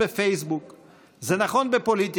זה נכון בפייסבוק,